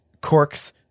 corks